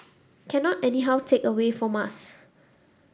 cannot anyhow take away from us